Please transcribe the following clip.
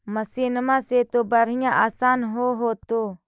मसिनमा से तो बढ़िया आसन हो होतो?